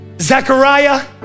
Zechariah